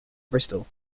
bristol